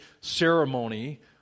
ceremony